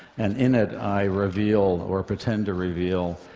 and in it i reveal, or pretend to reveal,